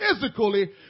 physically